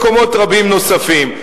כמו מקומות רבים נוספים.